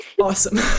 Awesome